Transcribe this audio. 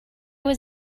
was